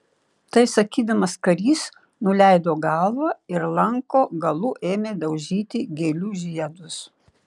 tai sakydamas karys nuleido galvą ir lanko galu ėmė daužyti gėlių žiedus